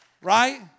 Right